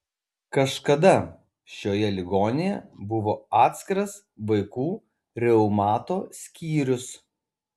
kažkada šioje ligoninėje buvo atskiras vaikų reumato skyrius